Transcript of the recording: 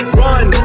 run